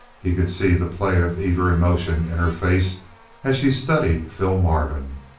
he could see the play of eager emotion in her face as she studied phil marvin.